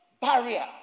barrier